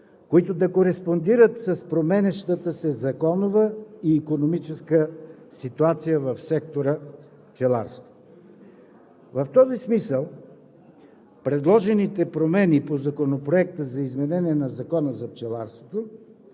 които да кореспондират с променящата се законова и икономическа ситуация в сектор „Пчеларство“. В този смисъл предложените промени в Законопроекта за изменение на Закона за пчеларството